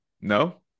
no